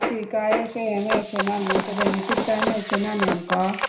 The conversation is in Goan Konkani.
थंय काय अशे हे मेळचे ना न्ही बॅनीफीट काय मेळचे ना न्हि आमकां